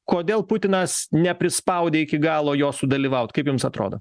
kodėl putinas neprispaudė iki galo jo sudalyvaut kaip jums atrodo